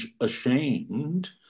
ashamed